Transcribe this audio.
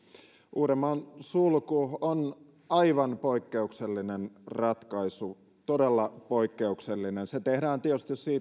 uudenmaan sulku on aivan poikkeuksellinen ratkaisu todella poikkeuksellinen se tehdään tietysti